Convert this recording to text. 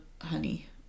honey